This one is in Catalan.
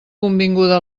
convinguda